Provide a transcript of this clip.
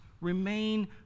remain